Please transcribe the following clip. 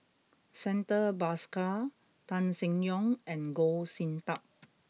Santha Bhaskar Tan Seng Yong and Goh Sin Tub